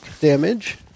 damage